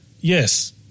Yes